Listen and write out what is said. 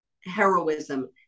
heroism